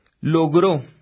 Logró